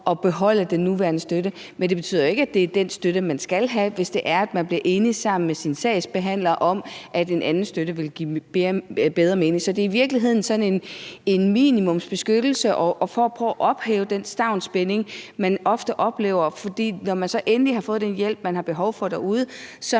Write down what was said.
at beholde den nuværende støtte, men det betyder jo ikke, at det er den støtte, man skal have, hvis det er, at man bliver enig med sin sagsbehandler om, at en anden støtte vil give bedre mening. Så det er i virkeligheden sådan en minimumsbeskyttelse og for at prøve at ophæve den stavnsbinding, man ofte oplever. For når man så endelig har fået den hjælp, man har behov for derude, så